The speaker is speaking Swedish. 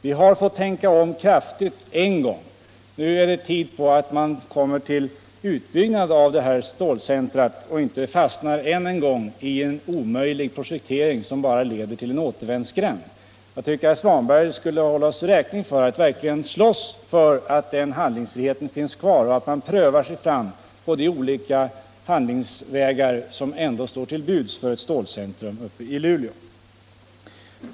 Vi har redan fått tänka om väsentligt en gång, och nu är det på tiden att komma fram till en utbyggnad av detta stålcentrum och icke än en gång fastna i en omöjlig projektering, som bara leder till en återvändsgränd. Jag tycker att herr Svanberg skulle hålla oss räkning för att vi vill slåss för att den handlingsfriheten skall finnas kvar och att vi vill att man skall pröva sig fram på de olika handlingsvägar som står till buds för ett stålcentrum uppe i Luleå.